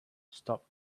stop